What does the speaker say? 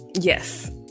Yes